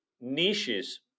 niches